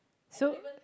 so